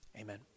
amen